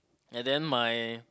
and then my